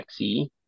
XE